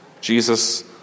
Jesus